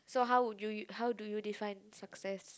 so how would you how do you define success